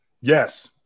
Yes